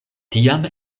tiam